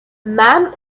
man